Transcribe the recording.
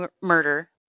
murder